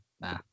nah